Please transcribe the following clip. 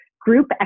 group